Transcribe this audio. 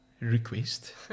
request